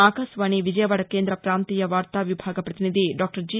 ఆకాశవాణి విజయవాద కేంద్ర ప్రాంతీయ వార్తావిభాగ ప్రతినిధి డాక్లర్ జి